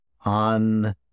on